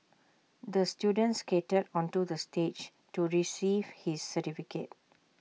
the student skated onto the stage to receive his certificate